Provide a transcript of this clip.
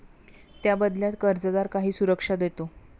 त्या बदल्यात कर्जदार काही सुरक्षा देतो